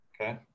Okay